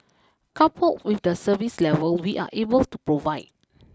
coupled with the service level we are able to provide